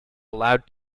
allowed